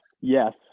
yes